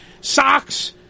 socks